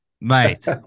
Mate